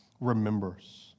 remembers